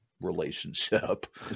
relationship